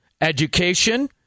education